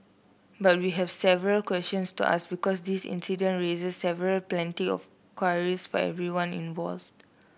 but we have several questions to ask because this incident raises several plenty of queries for everyone involved